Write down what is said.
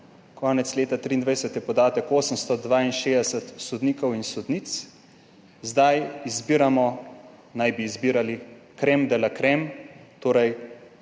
konca leta 2023, 862 sodnikov in sodnic. Zdaj izbiramo, naj bi izbirali Creme de la Creme, torej